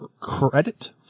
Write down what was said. credit